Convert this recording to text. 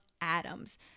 atoms